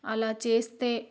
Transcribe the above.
అలా చేస్తే